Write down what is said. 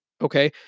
Okay